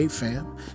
fam